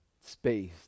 space